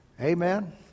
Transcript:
Amen